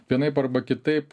vienaip arba kitaip